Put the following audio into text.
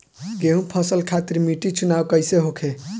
गेंहू फसल खातिर मिट्टी चुनाव कईसे होखे?